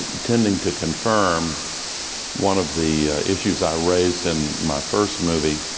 tending to confirm one of the issues i raised in my first movie,